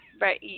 Right